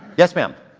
yes, ma'am.